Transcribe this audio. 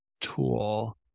tool